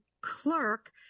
clerk